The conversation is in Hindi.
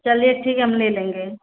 चलिए ठीक है हम ले लेंगे